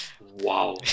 Wow